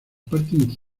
parte